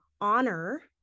honor